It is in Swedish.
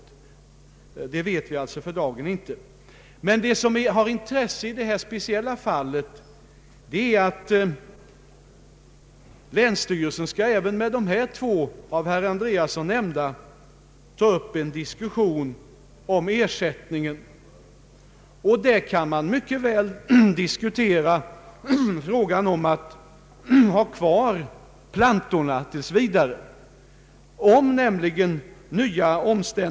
Länsstyrelsen skall alltså ha överläggningar med bl.a. de två av herr Andreasson nämnda personerna om ersättning. Därvid kan man om nya omständigheter kan framföras mycket väl diskutera frågan om att låta plantorna stå kvar tills vidare.